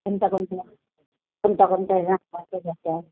कोणता कोणता कोणत्या कोणत्या भाज्या घ्यायच्या